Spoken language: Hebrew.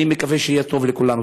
אני מקווה שיהיה טוב לכולנו.